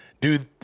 dude